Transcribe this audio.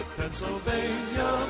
Pennsylvania